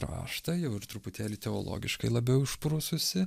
raštą jau ir truputėlį teologiškai labiau išprususi